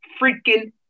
freaking